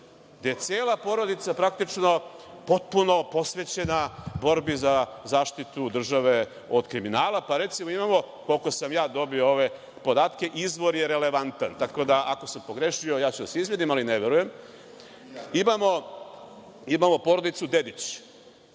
gde je cela porodica praktično potpuno posvećena borbi za zaštitu države od kriminala. Pa recimo imamo, koliko sam ja dobio ove podatke, izvor je relevantan, tako da ako sam pogrešio ja ću da se izvinim, ali ne verujem. Imamo porodicu Dedić,